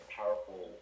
powerful